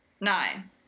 nine